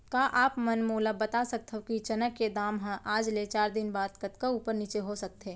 का आप मन मोला बता सकथव कि चना के दाम हा आज ले चार दिन बाद कतका ऊपर नीचे हो सकथे?